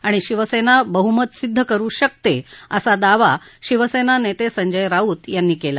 आणि शिवसेना बहुमत सिद्ध करु शकते असा दावा शिवसेना नेते संजय राऊत यांनी आज केला